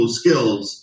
skills